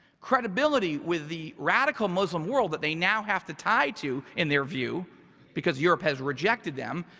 credibility with the radical muslim world that they now have to tie to in their view because europe has rejected them.